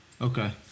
Okay